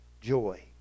joy